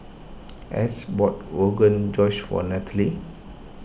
Estes bought Rogan Josh one Nallely